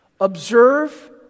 observe